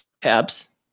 tabs